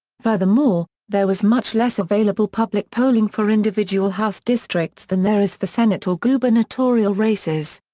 furthermore, there was much less available public polling for individual house districts than there is for senate or gubernatorial races.